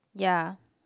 ya